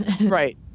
Right